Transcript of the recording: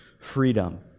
freedom